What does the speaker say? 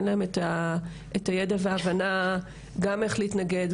אין להן את הידע וההבנה איך להתנגד,